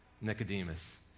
Nicodemus